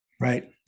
right